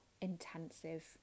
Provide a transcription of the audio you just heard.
intensive